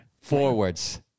Forwards